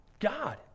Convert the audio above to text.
God